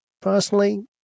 Personally